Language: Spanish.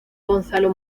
gonzalo